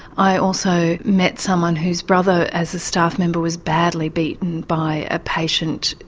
i also met someone whose brother as a staff member was badly beaten by a patient,